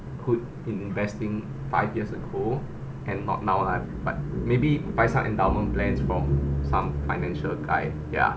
put in investing five years ago and not now lah but maybe buy some endowment plans from some financial guy ya